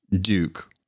Duke